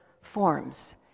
forms